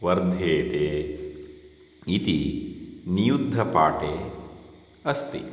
वर्धेते इति नियुद्धपाठे अस्ति